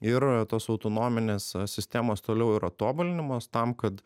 ir tos autonominės sistemos toliau yra tobulinamos tam kad